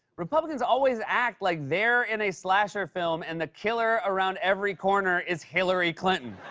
republicans always act like they're in a slasher film and the killer around every corner is hillary clinton.